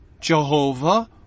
Jehovah